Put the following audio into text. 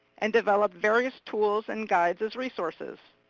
and develop various tools and guides as resources.